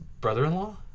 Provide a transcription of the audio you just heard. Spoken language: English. brother-in-law